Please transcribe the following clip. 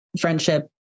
friendship